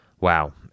Wow